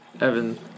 Evan